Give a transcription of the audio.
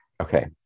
Okay